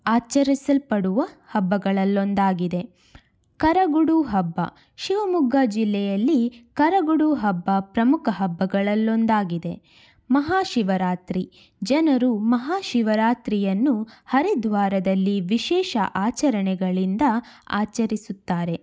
ಆಚರಿಸಲ್ಪಡುವ ಹಬ್ಬಗಳಲ್ಲೊಂದಾಗಿದೆ ಕರಗುಡು ಹಬ್ಬ ಶಿವಮೊಗ್ಗ ಜಿಲ್ಲೆಯಲ್ಲಿ ಕರಗುಡು ಹಬ್ಬ ಪ್ರಮುಖ ಹಬ್ಬಗಳಲ್ಲೊಂದಾಗಿದೆ ಮಹಾಶಿವರಾತ್ರಿ ಜನರು ಮಹಾಶಿವರಾತ್ರಿಯನ್ನು ಹರಿದ್ವಾರದಲ್ಲಿ ವಿಶೇಷ ಆಚರಣೆಗಳಿಂದ ಆಚರಿಸುತ್ತಾರೆ